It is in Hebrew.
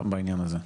בעניין הזה?